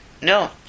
No